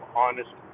honest